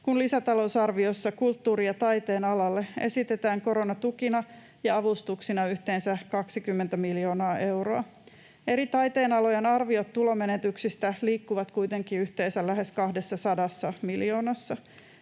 kun lisätalousarviossa kulttuurin ja taiteen alalle esitetään koronatukina ja ‑avustuksina yhteensä 20 miljoonaa euroa. Eri taiteenalojen arviot tulomenetyksistä liikkuvat kuitenkin yhteensä lähes 200 miljoonassa.